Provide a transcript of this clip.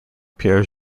pierre